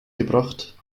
gebracht